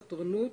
חתרנות,